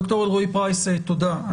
ד"ר א לרעי-פרייס, תודה.